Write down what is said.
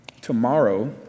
Tomorrow